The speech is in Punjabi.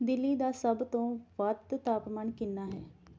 ਦਿੱਲੀ ਦਾ ਸਭ ਤੋਂ ਵੱਧ ਤਾਪਮਾਨ ਕਿੰਨਾ ਹੈ